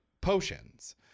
potions